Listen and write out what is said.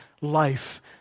life